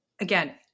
again